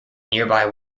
nearby